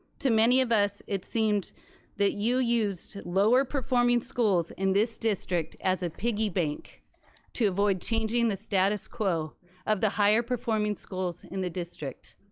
to many of us, it seemed that you used lower performing schools in this district as a piggy bank to avoid changing the status quo of the higher performing schools in the district.